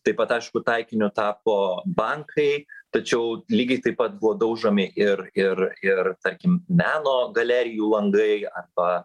taip pat aišku taikiniu tapo bankai tačiau lygiai taip pat buvo daužomi ir ir ir tarkim meno galerijų langai arba